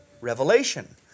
revelation